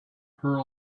her